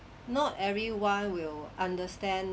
not everyone will understand